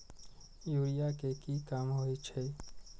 Urea के की काम होई छै?